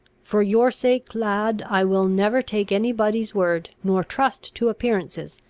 for your sake, lad, i will never take any body's word, nor trust to appearances,